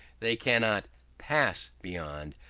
they cannot pass beyond.